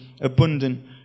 abundant